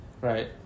Right